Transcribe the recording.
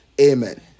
Amen